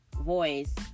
voice